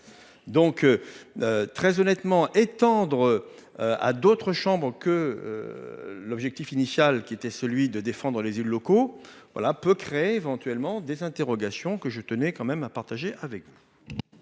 donc très honnêtement étendre à d'autres chambres que l'objectif initial qui était celui de défendre les élus locaux, voilà peut créer éventuellement des interrogations que je tenais quand même à partager avec.